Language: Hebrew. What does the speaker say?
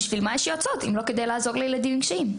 בשביל מה יש יועצות אם לא כדי לעזור לילדים עם קשיים?